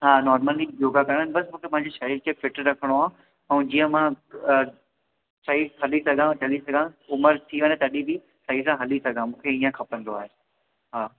हा नॉर्मली योगा करन बस मुंखे पहिंजे शरीर खे फिट रखिणो आहे अऊं जीअं मां सही हली सघां चली सघां उमिरि थी वञे तॾहिं बि सही सां हली सघां मूंखे हीअं खपंदो आहे हा